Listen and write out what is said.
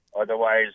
Otherwise